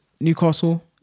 Newcastle